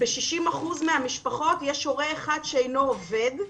ב-60% מהמשפחות יש הורה אחד שאינו עובד,